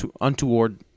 untoward